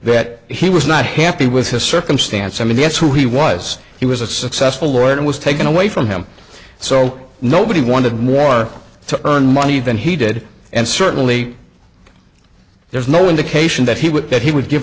that he was not happy with his circumstance i mean that's who he was he was a successful lawyer and was taken away from him so nobody wanted more to earn money than he did and certainly there's no indication that he would that he would give